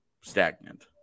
stagnant